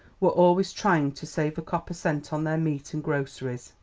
were always trying to save a copper cent on their meat and groceries.